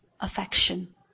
affection